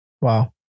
Wow